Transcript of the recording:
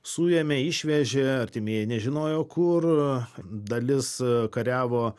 suėmė išvežė artimieji nežinojo kur dalis kariavo